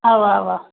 اَوَہ اَوَہ